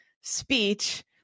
speech